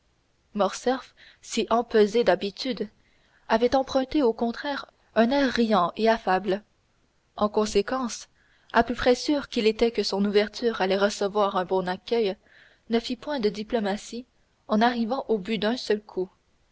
morcerf si empesé d'habitude avait emprunté au contraire un air riant et affable en conséquence à peu près sûr qu'il était que son ouverture allait recevoir un bon accueil il ne fit point de diplomatie et arrivant au but d'un seul coup